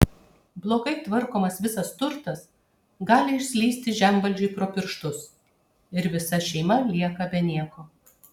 blogai tvarkomas visas turtas gali išslysti žemvaldžiui pro pirštus ir visa šeima lieka be nieko